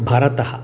भरतः